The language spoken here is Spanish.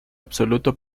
absoluto